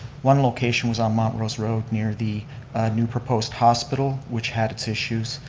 one location was on montrose road near the new proposed hospital which had its issues.